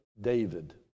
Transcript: David